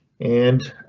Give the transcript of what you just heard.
and